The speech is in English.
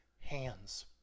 hands